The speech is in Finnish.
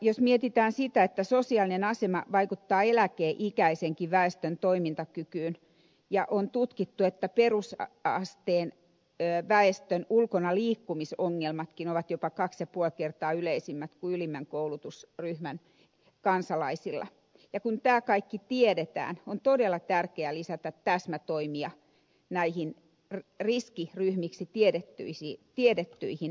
jos mietitään sitä että kun tiedetään että sosiaalinen asema vaikuttaa eläkeikäisenkin väestön toimintakykyyn on tutkittu että perusasteen käyneen väestön ulkonaliikkumisongelmatkin ovat jopa kaksi ja puoli kertaa yleisemmät kuin ylimmän koulutusryhmän kansalaisilla kun tämä kaikki tiedetään on todella tärkeää lisätä täsmätoimia riskiryhmiin kuuluviksi tiedetyille